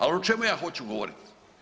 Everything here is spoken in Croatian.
Ali o čemu ja hoću govoriti?